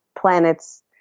planets